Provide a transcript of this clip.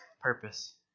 purpose